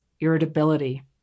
irritability